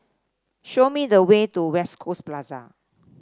show me the way to West Coast Plaza